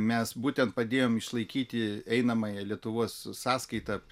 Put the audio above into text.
mes būtent padėjom išlaikyti einamąją lietuvos sąskaita